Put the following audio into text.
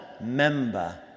member